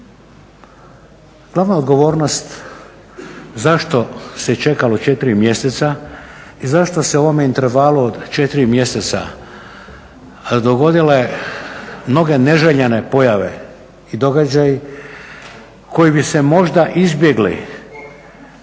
Glavna odgovornost zašto se čekalo 4 mjeseca i zašto se u ovome intervalu od 4 mjeseca dogodile mnoge neželjene pojave i događaji koji bi se možda izbjegli